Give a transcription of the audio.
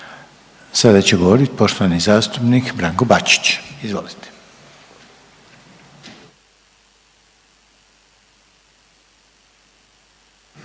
Sada će govoriti poštovani zastupnik Branko Bačić. Izvolite.